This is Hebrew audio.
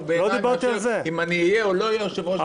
אם אהיה או לא אהיה יושב-ראש ועדת ביקורת.